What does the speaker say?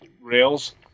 rails